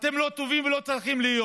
אתם לא טובים ולא צריכים להיות?